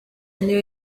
niyo